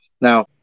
Now